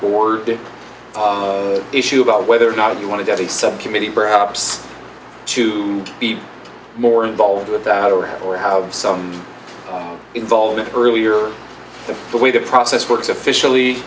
war issue about whether or not you want to get a subcommittee perhaps to be more involved with that over or have some involvement earlier the way the process works officially